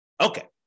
Okay